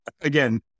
again